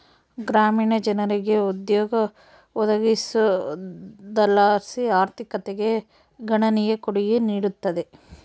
ಗ್ರಾಮೀಣ ಜನರಿಗೆ ಉದ್ಯೋಗ ಒದಗಿಸೋದರ್ಲಾಸಿ ಆರ್ಥಿಕತೆಗೆ ಗಣನೀಯ ಕೊಡುಗೆ ನೀಡುತ್ತದೆ